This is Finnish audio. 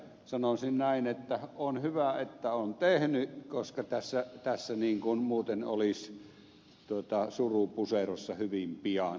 sanoisin näin että on hyvä että on tehnyt koska tässä muuten olisi suru puserossa hyvin pian